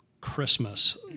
Christmas